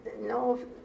No